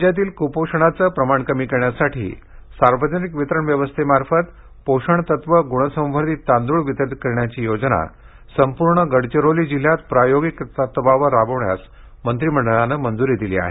राज्यातील कुपोषणाचे प्रमाण कमी करण्यासाठी सार्वजनिक वितरण व्यवस्थेमार्फत पोषणतत्व गुणसंवर्धित तांदूळ वितरीत करण्याची योजना संपूर्ण गडचिरोली जिल्ह्यात प्रायोगिक तत्वावर राबविण्यास मंत्रिमंडळाने मंजूरी दिली आहे